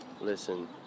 listen